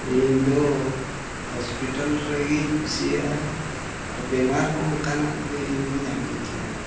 ᱤᱧᱫᱚ ᱦᱚᱥᱯᱤᱴᱟᱞ ᱨᱮᱜᱤᱧ ᱠᱩᱥᱤᱭᱟᱜᱼᱟ ᱟᱨ ᱵᱤᱢᱟᱨ ᱦᱚᱸ ᱚᱱᱠᱟᱱᱟᱜ ᱜᱮ ᱤᱧᱫᱚ ᱧᱟᱢᱤᱧ ᱠᱟᱱ ᱛᱟᱦᱮᱸᱫ